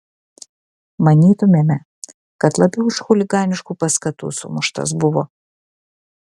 manytumėme kad labiau iš chuliganiškų paskatų sumuštas buvo